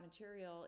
material